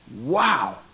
Wow